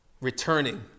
returning